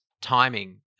timing